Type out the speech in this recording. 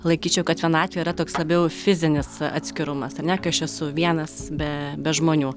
laikyčiau kad vienatvė yra toks labiau fizinis atskirumas ar ne kai aš esu vienas be be žmonių